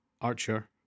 Archer